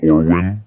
Orwin